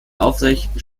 aufrechten